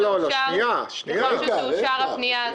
ככל שתאושר הפנייה הזו,